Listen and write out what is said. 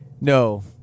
No